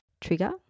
trigger